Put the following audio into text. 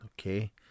Okay